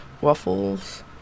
waffles